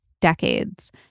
decades